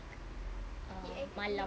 ah malam